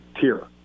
tier